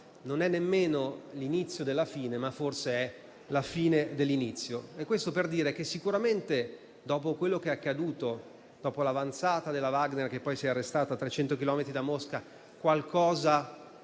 Non è neanche l'inizio della fine. Ma forse è la fine dell'inizio». Questo è per dire che sicuramente, dopo quello che è accaduto, dopo l'avanzata della Wagner, che poi si è arrestata a 300 chilometri da Mosca, qualcosa